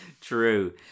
true